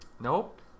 Nope